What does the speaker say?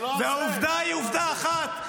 זה לא --- העובדה היא עובדה אחת.